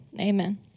amen